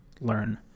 learn